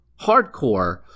hardcore